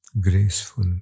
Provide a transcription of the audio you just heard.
graceful